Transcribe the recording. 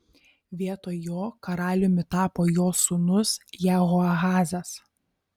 vietoj jo karaliumi tapo jo sūnus jehoahazas